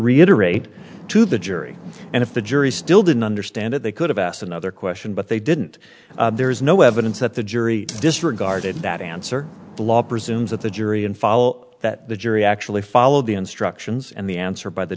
reiterate to the jury and if the jury still didn't understand it they could have asked another question but they didn't there is no evidence that the jury disregarded that answer the law presumes that the jury in fall that the jury actually followed the instructions and the answer by the